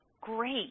great